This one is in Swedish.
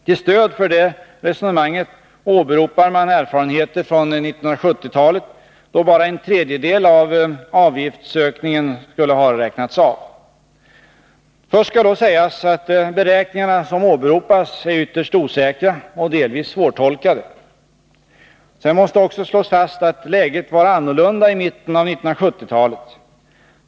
Till stöd för det resonemanget åberopar man erfarenheter från 1970-talet, då bara en tredjedel av avgiftsökningen skulle ha räknats av. Först skall sägas att beräkningarna, som åberopas, är ytterst osäkra och delvis svårtolkade. Sedan måste också slås fast att läget var annorlunda i mitten av 1970-talet.